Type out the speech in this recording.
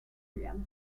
reality